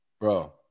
Bro